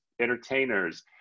entertainers